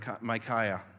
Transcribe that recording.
Micaiah